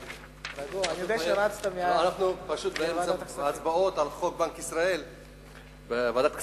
אנחנו באמצע הצבעות על חוק בנק ישראל בוועדת הכספים.